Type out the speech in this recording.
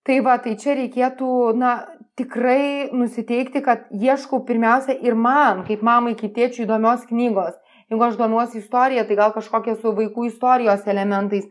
tai va tai čia reikėtų na tikrai nusiteikti kad ieškau pirmiausia ir man kaip mamai kai tėčiui įdomios knygos jeigu aš domiuosi istorija tai gal kažkokią su vaikų istorijos elementais